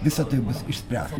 visa tai bus išspręsta